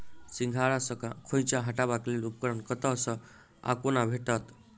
सिंघाड़ा सऽ खोइंचा हटेबाक लेल उपकरण कतह सऽ आ कोना भेटत?